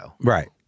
Right